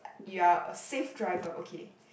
you are a safe driver okay